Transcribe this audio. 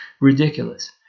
ridiculous